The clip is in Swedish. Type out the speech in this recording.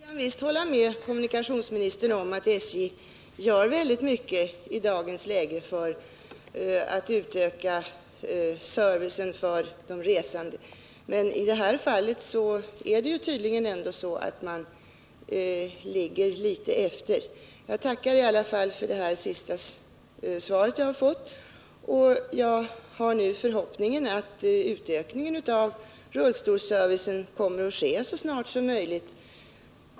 Herr talman! Jag kan visst hålla med kommunikationsministern om att SJ i dagens läge gör väldigt mycket för att utöka servicen för de resande. Men i det här fallet är det tydligen ändå så att man ligger litet efter. Jag tackar i alla fall även för det här sista svaret. Jag har nu förhoppningen att utökningen av rullstolsservicen sker så snabbt som möjligt.